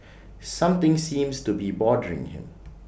something seems to be bothering him